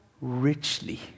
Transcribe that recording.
richly